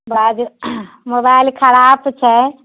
बाजू मोबाइल खराप छै